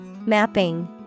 Mapping